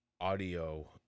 audio